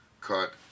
cut